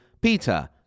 Peter